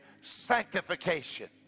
sanctification